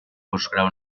postgrau